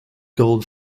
gold